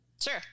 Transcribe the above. Sure